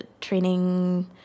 training